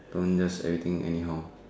don't just everything anyhow